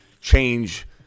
change